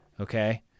Okay